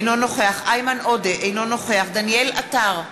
אינו נוכח איימן עודה, אינו נוכח דניאל עטר,